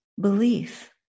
belief